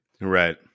Right